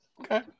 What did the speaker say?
Okay